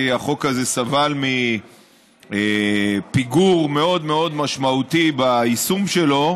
כי החוק הזה סבל מפיגור מאוד מאוד משמעותי ביישום שלו,